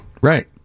Right